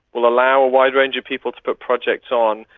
we'll allow a wide range of people to put projects on,